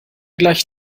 gleich